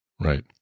Right